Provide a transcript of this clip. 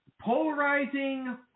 Polarizing